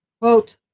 Quote